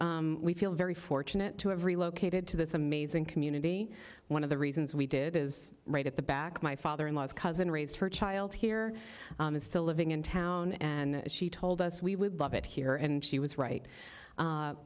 we feel very fortunate to have relocated to this amazing community one of the reasons we did it is right at the back of my father in law's cousin raised her child here is still living in town and she told us we would love it here and she was right